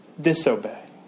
disobey